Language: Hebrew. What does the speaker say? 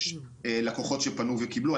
יש לקוחות שפנו וקיבלו.